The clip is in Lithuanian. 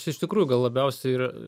čia ištikrųjų gal labiausiai ir